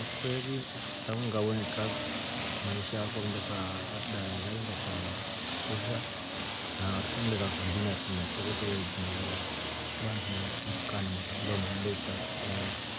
Nkweli tangu ngawonika maisha yakwa ngile kaa labda nnsha labda ngilekaa arusha, na arusha ngile kaa kambini asilimia kubwa kwetre tuvelolya vandu mndu kaa na makabila umanye veta lugha yoiki.